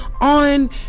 On